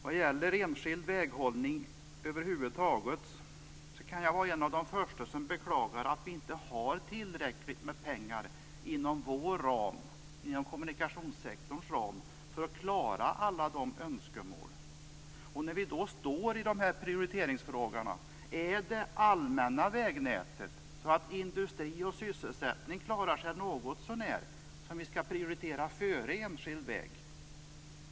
Vad gäller enskild väghållning över huvud taget kan jag vara en av de första som beklagar att vi inte har tillräckligt med pengar inom vår ram, inom kommunikationssektorns ram, för att klara alla önskemål. När vi står inför de här prioriteringsfrågorna är det det allmänna vägnätet, så att industri och sysselsättning klarar sig någotsånär, som vi skall prioritera före enskild väg.